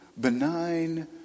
benign